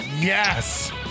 yes